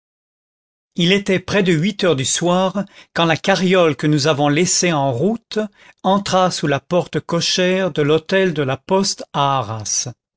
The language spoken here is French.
il était près de huit heures du soir quand la carriole que nous avons laissée en route entra sous la porte cochère de l'hôtel de la poste à arras